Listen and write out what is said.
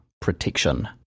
protection